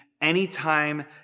anytime